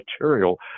material